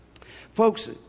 Folks